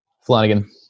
Flanagan